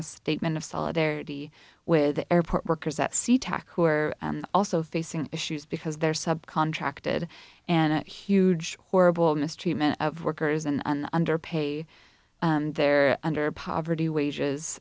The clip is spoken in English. a statement of solidarity with the airport workers at sea tac who are also facing issues because they're subcontracted huge horrible mistreatment of workers and underpaid and they're under poverty wages